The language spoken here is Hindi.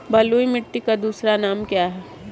बलुई मिट्टी का दूसरा नाम क्या है?